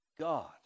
God